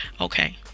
Okay